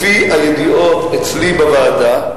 לפי הידיעות אצלי בוועדה,